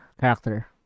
character